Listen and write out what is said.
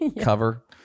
cover